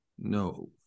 No